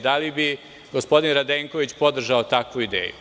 Da li bi gospodin Radenković podržao takvu ideju?